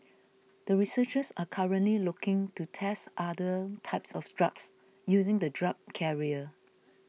the researchers are currently looking to test other types of drugs using the drug carrier